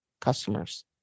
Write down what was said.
customers